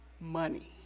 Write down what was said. money